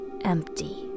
empty